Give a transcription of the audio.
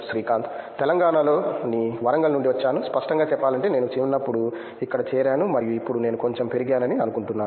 శ్రీకాంత్ తెలంగాణలోని వరంగల్ నుండి వచ్చాను స్పష్టంగా చెప్పాలంటే నేను చిన్నప్పుడు ఇక్కడ చేరాను మరియు ఇప్పుడు నేను కొంచెం పెరిగానని అనుకుంటున్నాను